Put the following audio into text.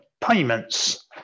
payments